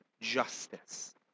justice